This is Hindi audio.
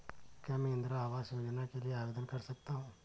क्या मैं इंदिरा आवास योजना के लिए आवेदन कर सकता हूँ?